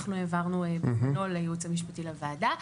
העברנו בזמנו ליועץ המשפטי לוועדה,